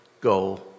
Go